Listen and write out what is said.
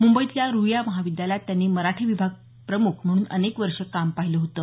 मुंबईतल्या रूईया महाविद्यालयात त्यांनी मराठी विभाग प्रमुख म्हणून अनेक वर्ष काम पाहिलं होतं